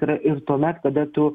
yra ir tuomet kada tu